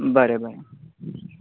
बरें बरें